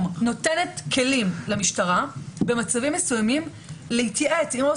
נותנת כלים למשטרה במצבים מסוימים להתייעץ עם עובד